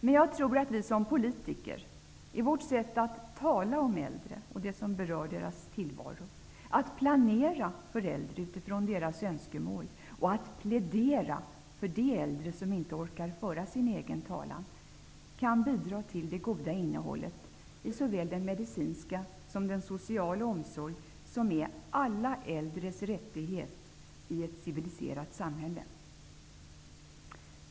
Men jag tror att vi som politiker, i vårt sätt att tala om äldre och det som berör deras tillvaro, att planera för äldre utifrån deras önskemål och att plädera för de äldre som inte orkar föra sin egen talan, kan bidra till det goda innehållet i såväl den medicinska som den sociala omsorg som är alla äldres rättighet i ett civiliserat samhälle.